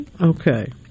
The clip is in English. Okay